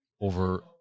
over